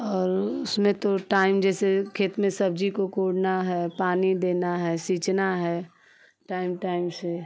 और उसमें तो टाइम जैसे खेत में सब्जी को कोड़ना है पानी देना है सीचना है टाइम टाइम से